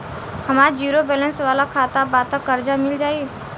हमार zero balance वाला खाता बा त कर्जा मिल जायी?